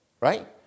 Right